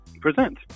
present